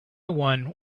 one